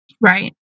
Right